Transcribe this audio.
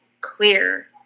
clear